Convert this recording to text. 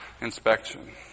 inspection